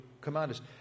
commanders